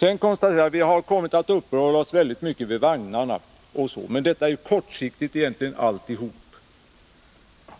Sedan konstaterar jag att vi har kommit att uppehålla oss mycket vid vagnarna osv. Men allt detta är egentligen kortsiktigt.